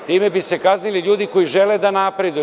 Time bi se kaznili ljudi koji žele da napreduju.